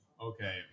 Okay